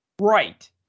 Right